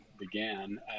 began